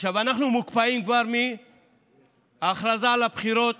עכשיו, אנחנו מוקפאים כבר מההכרזה על הבחירות